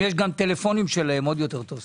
אנחנו